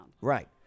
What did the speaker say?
Right